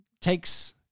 takes